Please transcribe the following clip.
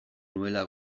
nuela